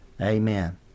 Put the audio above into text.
Amen